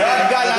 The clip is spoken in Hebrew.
רגע.